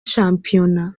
shampiyona